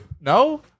No